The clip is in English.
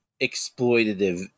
exploitative